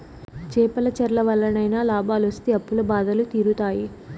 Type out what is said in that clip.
చేపల చెర్ల వల్లనైనా లాభాలొస్తి అప్పుల బాధలు తీరుతాయి